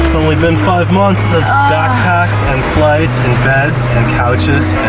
only been five months of backpacks, and flights, and beds, and couches,